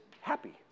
happy